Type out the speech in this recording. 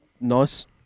nice